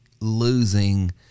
losing